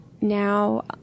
Now